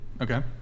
Okay